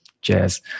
jazz